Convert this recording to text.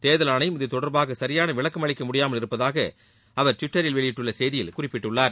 தேர்தல் ஆணையம் இத்தொடர்பாக சரியான விளக்கம் அளிக்க முடியாமல் இருப்பதாக அவர் டுவிட்டரில் வெளியிட்டுள்ள செய்தியில் குறிப்பிட்டுள்ளார்